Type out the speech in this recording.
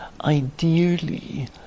ideally